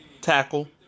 tackle